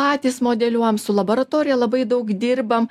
patys modeliuojam su laboratorija labai daug dirbam